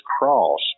cross